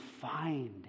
find